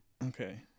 Okay